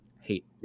Hate